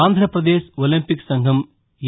Andhra Pradesh Olympic సంఘం ఏ